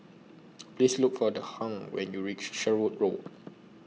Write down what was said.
Please Look For The Hung when YOU REACH Sherwood Road